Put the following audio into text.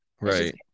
Right